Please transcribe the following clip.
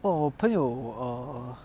oh 我朋友 err